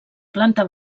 planta